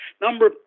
Number